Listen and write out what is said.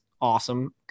awesome